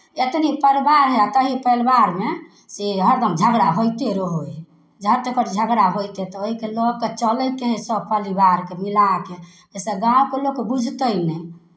एतनि परिवार हए आ ताहि परिवारमे से हरदम झगड़ा होइते रहै हइ जे हट घड़ी झगड़ा होइ छै तऽ ओहिके लऽ कऽ चलयके हइ सभ परिवारके मिला कऽ जाहिसँ गाँवके लोक बुझतै नहि